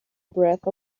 breath